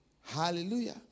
Hallelujah